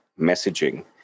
messaging